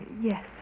yes